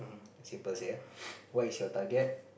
simple say ah what is your target